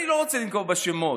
אני לא רוצה לנקוב בשמות.